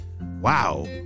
Wow